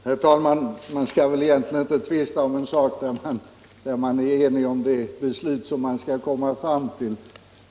Herr talman! Man skall egentligen inte tvista när man är enig om vilket beslut man skall komma fram till!